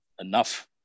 enough